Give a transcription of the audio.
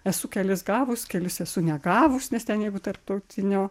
esu kelis gavus kelis esu negavus nes ten jeigu tarptautinio